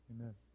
Amen